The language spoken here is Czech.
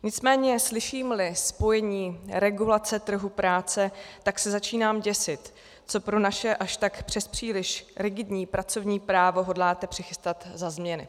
Nicméně slyšímli spojení regulace trhu práce, tak se začínám děsit, co pro naše už tak přespříliš rigidní pracovní právo hodláte přichystat za změny.